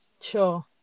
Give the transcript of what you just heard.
Sure